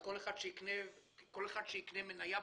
כל אחד שיקנה מניה בבורסה,